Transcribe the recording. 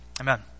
amen